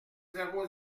zéro